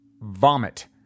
vomit